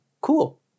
cool